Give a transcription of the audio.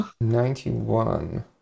Ninety-one